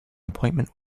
appointment